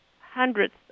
hundreds